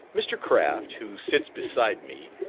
mr. craft, who sits beside me,